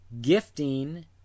gifting